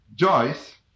Joyce